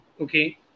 Okay